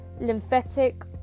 Lymphatic